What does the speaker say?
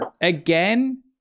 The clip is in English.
again